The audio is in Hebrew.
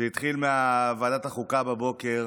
זה התחיל מוועדת החוקה בבוקר,